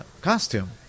costume